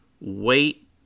wait